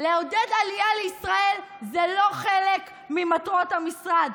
לעודד עלייה לישראל זה לא חלק ממטרות המשרד.